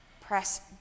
Press